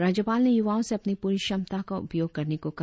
राज्यपाल ने युवाओं से अपनी पूरी क्षमता का उपयोग करने को कहा